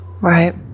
right